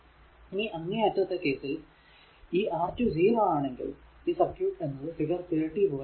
ഇനി അങ്ങേ അറ്റത്തെ കേസിൽ ഈ R 2 0 ആണെങ്കിൽ ഈ സർക്യൂട് എന്നത് ഫിഗർ 30 പോലെ ആകും